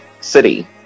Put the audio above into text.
city